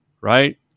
right